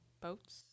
boats